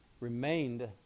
remained